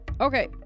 Okay